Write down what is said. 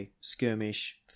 skirmish